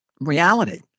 reality